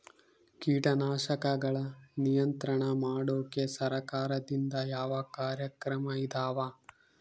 ಕೇಟನಾಶಕಗಳ ನಿಯಂತ್ರಣ ಮಾಡೋಕೆ ಸರಕಾರದಿಂದ ಯಾವ ಕಾರ್ಯಕ್ರಮ ಇದಾವ?